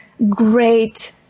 great